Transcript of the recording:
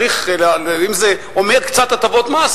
אם זה אומר קצת הטבות מס,